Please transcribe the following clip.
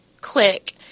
click